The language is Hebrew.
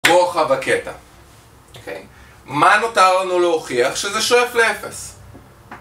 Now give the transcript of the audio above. בואו אחר בקטע מה נותר לנו להוכיח שזה שואף לאפס